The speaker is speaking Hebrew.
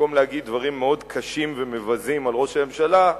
במקום להגיד דברים מאוד קשים ומבזים על ראש הממשלה,